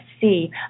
see